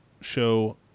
show